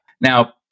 now